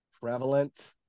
prevalent